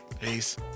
Peace